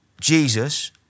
Jesus